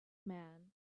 man